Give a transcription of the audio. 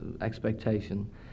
expectation